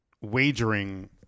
wagering